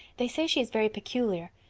they say she is very peculiar.